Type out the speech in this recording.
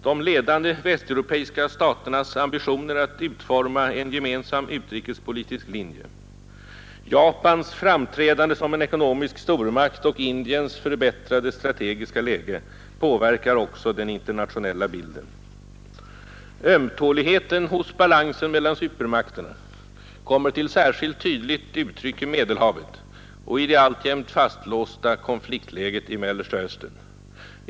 De ledande västeuropeiska staternas ambitioner att utforma en gemensam utrikespolitisk linje, Japans framträdande som en ekonomisk stormakt och Indiens förbättrade strategiska läge påverkar också den internationella bilden. Ömtåligheten i balansen mellan supermakterna kommer till särskilt tydligt uttryck i Medelhavet och i det alltjämt fastlåsta konfliktläget i Mellersta Östern.